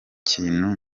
kintu